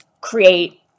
create